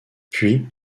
puis